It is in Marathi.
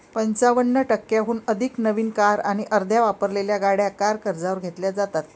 पंचावन्न टक्क्यांहून अधिक नवीन कार आणि अर्ध्या वापरलेल्या गाड्या कार कर्जावर घेतल्या जातात